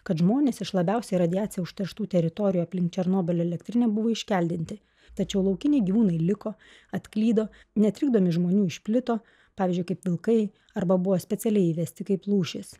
kad žmonės iš labiausiai radiacija užterštų teritorijų aplink černobylio elektrinę buvo iškeldinti tačiau laukiniai gyvūnai liko atklydo netrikdomi žmonių išplito pavyzdžiui kaip vilkai arba buvo specialiai įvesti kaip lūšys